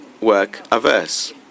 work-averse